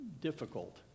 difficult